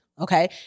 Okay